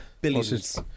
Billions